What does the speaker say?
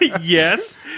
Yes